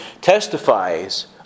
testifies